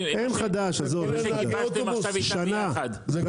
אין חדש, עזוב, אין חדש.